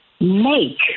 make